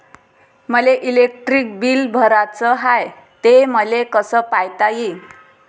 मले electric bill भराचं हाय, ते मले कस पायता येईन?